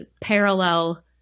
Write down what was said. parallel